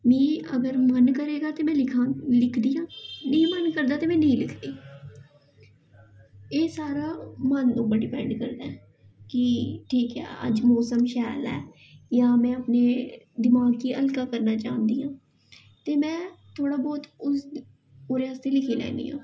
मी अगर मन करेगा तां में लिखां लिखदी आं नेईं मन करदा ते में नेईं लिखदी एह् सारा मन उप्पर डिपैंड करदा ऐ कि ठीक ऐ अज्ज मौसम शैल ऐ ते जां में अपने दमाक गी हल्का करना चांह्दी आं ते में थोह्ड़ा ब्हौत उसदे ओह्दे आस्तै लिखी लैन्नी आं